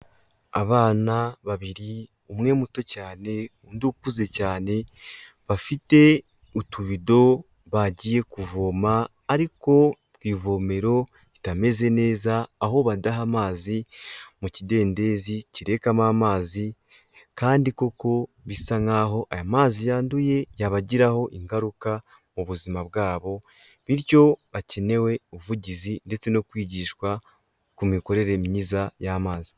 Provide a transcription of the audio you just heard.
Abana babiri umwe muto cyane undi ukuze cyane bafite utubido bagiye kuvoma ariko ivomero ritameze neza aho badaha amazi mu kidendezi kirekamo amazi kandi koko bisa nk'aho aya mazi yanduye yabagiraho ingaruka mu buzima bwabo, bityo hakenewe ubuvugizi ndetse no kwigishwa ku mikorere myiza y'amazi.